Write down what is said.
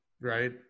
Right